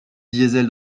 diesel